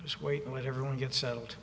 just wait wait everyone get settled